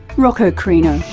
rocco crino.